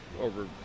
over